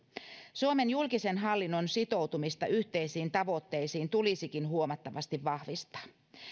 suomen julkisen hallinnon sitoutumista yhteisiin tavoitteisiin tulisikin huomattavasti vahvistaa